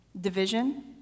Division